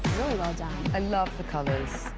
really well done. i love the colors!